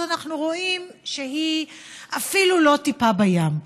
אז אנחנו רואים שהיא אפילו לא טיפה בים.